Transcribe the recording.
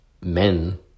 men